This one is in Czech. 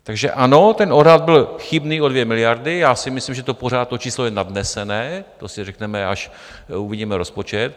Takže ano, ten odhad byl chybný o 2 miliardy, já si myslím, že pořád to číslo je nadnesené, to si řekneme, až uvidíme rozpočet.